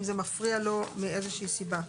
אם זה מפריע לו מאיזה שהיא סיבה.